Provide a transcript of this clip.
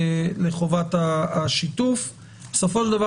הנוכחים והנוכחות ולכן אנא הקפידו שכל מי שמדבר